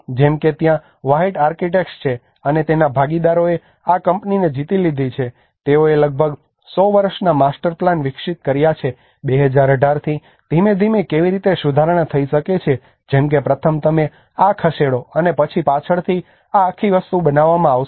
જેમ કે ત્યાં વ્હાઇટ આર્કિટેક્ટ્સ છે અને તેના ભાગીદારોએ આ કંપનીને જીતી લીધી છે તેઓએ લગભગ 100 વર્ષના માસ્ટર પ્લાન વિકસિત કર્યા છે 2018 થી ધીમે ધીમે કેવી રીતે સુધારણા થઈ શકે છે જેમ કે પ્રથમ તમે આ ખસેડો અને પછી પાછળથી આ આખી વસ્તુ બનાવવામાં આવશે